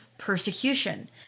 persecution